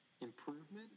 improvement